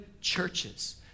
churches